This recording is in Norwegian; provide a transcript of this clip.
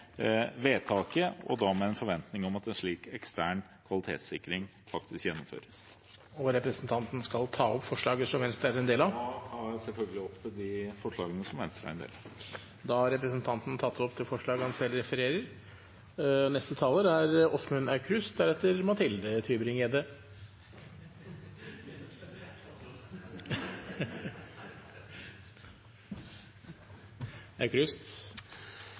vedtaket, og da med en forventning om at en slik ekstern kvalitetssikring faktisk gjennomføres. Jeg tar opp det forslaget som Venstre er en del av. Representanten Ola Elvestuen har tatt opp det forslaget han refererte til. Det er